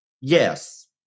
Yes